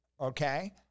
okay